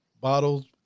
Bottles